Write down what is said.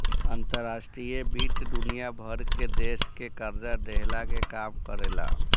अंतर्राष्ट्रीय वित्त दुनिया भर के देस के कर्जा देहला के काम करेला